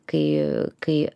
kai kai